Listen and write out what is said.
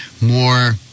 more